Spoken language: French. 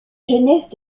jeunesse